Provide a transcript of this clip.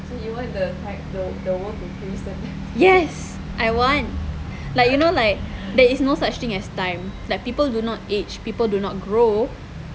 yes I want like you know like there is no such thing as time like people do not age people do not grow